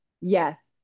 Yes